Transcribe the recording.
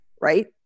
right